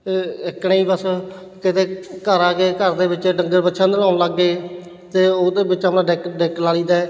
ਐਕਣੇ ਹੀ ਬਸ ਕਿਤੇ ਘਰ ਆ ਕੇ ਘਰ ਦੇ ਵਿੱਚ ਡੰਗਰ ਵੱਛਿਆ ਨੂੰ ਨਲਾਉਣ ਲੱਗ ਗਏ ਅਤੇ ਉਹਦੇ ਵਿੱਚ ਆਪਣਾ ਡੈੱਕ ਡੈੱਕ ਲਾ ਲਈਦਾ